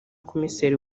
komiseri